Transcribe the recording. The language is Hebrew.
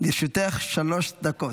לרשותך שלוש דקות.